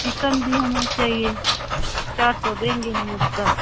chicken भी हमें चाहिए चार सौ देंगे हम उसका